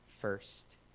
first